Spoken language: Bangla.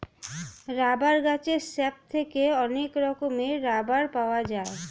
রাবার গাছের স্যাপ থেকে অনেক রকমের রাবার পাওয়া যায়